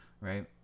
right